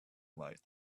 lights